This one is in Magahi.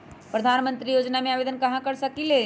प्रधानमंत्री योजना में आवेदन कहा से कर सकेली?